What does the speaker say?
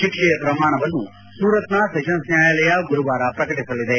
ಶಿಕ್ಷೆಯ ಪ್ರಮಾಣವನ್ನು ಸೂರತ್ನ ಸೆಷನ್ಸ್ ನ್ಯಾಯಾಲಯ ಗುರುವಾರ ಪ್ರಕಟಿಸಲಿದೆ